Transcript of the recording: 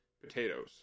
potatoes